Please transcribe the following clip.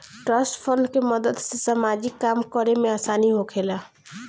trust fund के मदद से सामाजिक काम करे में आसानी होखेला